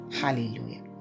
Hallelujah